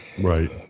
Right